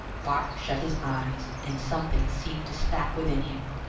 bart shut his eyes, and something seemed to snap within him.